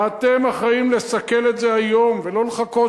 ואתם אחראים לסכל את זה היום ולא לחכות